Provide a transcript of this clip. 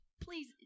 Please